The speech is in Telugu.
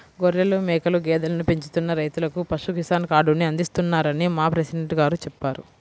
గొర్రెలు, మేకలు, గేదెలను పెంచుతున్న రైతులకు పశు కిసాన్ కార్డుని అందిస్తున్నారని మా ప్రెసిడెంట్ గారు చెప్పారు